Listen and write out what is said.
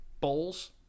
bowls